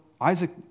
Isaac